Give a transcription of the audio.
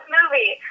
movie